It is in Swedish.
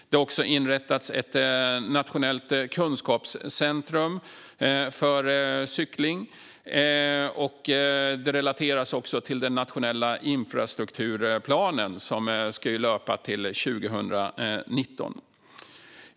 Det har inrättats ett nationellt kunskapscentrum för cykling, och det relateras också till den nationella infrastrukturplanen, som ska löpa till 2019.